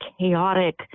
chaotic